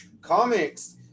comics